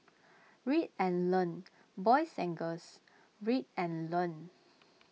read and learn boys and girls read and learn